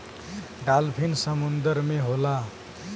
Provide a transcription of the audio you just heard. dolphin समुंदर में होला